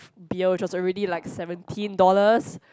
beer which was already like seventeen dollars